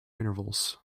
intervals